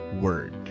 word